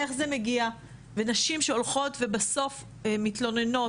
איך זה מגיע ונשים שהולכות ובסוף מתלוננות